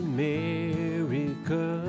America